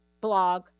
blog